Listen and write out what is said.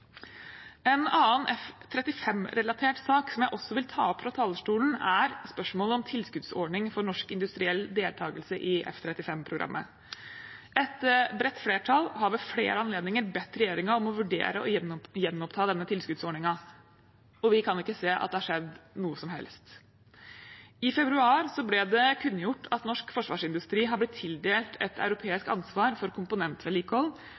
En annen F-35-relatert sak jeg også vil ta opp fra talerstolen, er spørsmålet om tilskuddsordning for norsk industriell deltakelse i F-35-programmet. Et bredt flertall har ved flere anledninger bedt regjeringen om å vurdere å gjenoppta denne tilskuddsordningen, og vi kan ikke se at det har skjedd noe som helst. I februar ble det kunngjort at norsk forsvarsindustri har blitt tildelt et europeisk ansvar for komponentvedlikehold